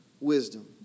wisdom